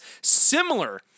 similar